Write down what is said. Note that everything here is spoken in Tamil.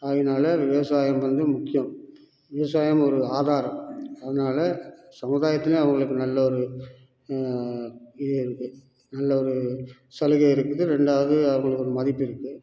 ஆகையினால் விவசாயம் வந்து முக்கியம் விவசாயம் ஒரு ஆதாரம் அதனால் சமுதாயத்துலேயும் அவங்களுக்கு நல்ல ஒரு இது இருக்குது நல்ல ஒரு சலுகை இருக்குது ரெண்டாவது அவங்களுக்கு ஒரு மதிப்பு இருக்குது